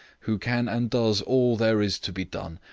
who can and does all there is to be done.